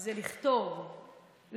זה לכתוב,